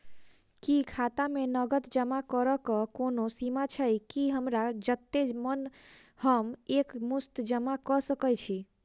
की खाता मे नगद जमा करऽ कऽ कोनो सीमा छई, की हमरा जत्ते मन हम एक मुस्त जमा कऽ सकय छी?